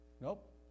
Nope